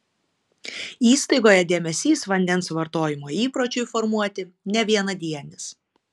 įstaigoje dėmesys vandens vartojimo įpročiui formuoti ne vienadienis